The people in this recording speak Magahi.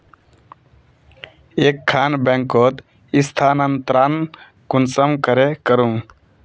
एक खान बैंकोत स्थानंतरण कुंसम करे करूम?